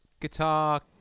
guitar